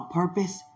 purpose